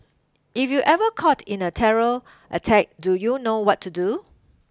if you ever caught in a terror attack do you know what to do